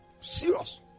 Serious